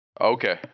Okay